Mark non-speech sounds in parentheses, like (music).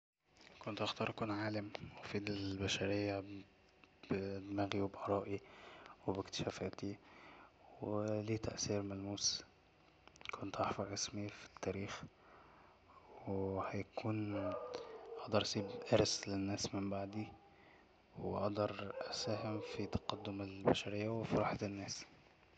كنت هختار أكون عالم وأفيد البشرية بدماغي وبآرائي وبكتشافاتي و (hesitation) لي تأثير ملموس كنت هحفر اسمي في التاريخ و (hesitation) هيكون هقدر أسيب إرث للناس من بعدي وهقدر أساهم في تقدم البشرية وفي راحة الناس